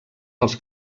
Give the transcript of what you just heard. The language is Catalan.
dels